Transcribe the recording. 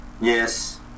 Yes